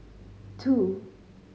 two